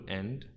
end